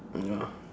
ya